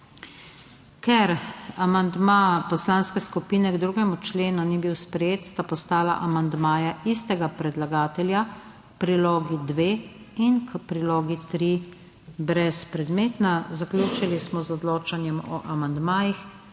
Ker amandma poslanske skupine k 2. členu ni bil sprejet, sta postala amandmaja istega predlagatelja k prilogi 2 in prilogi 3 brezpredmetna. Zaključili smo odločanje o amandmajih